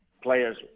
players